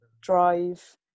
drive